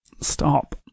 Stop